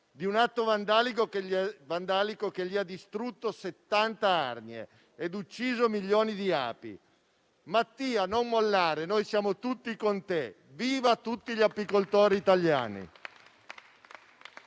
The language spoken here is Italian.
di un atto vandalico che gli ha distrutto 70 arnie e ucciso milioni di api. Mattia, non mollare, noi siamo tutti con te. Vivano tutti gli apicoltori italiani!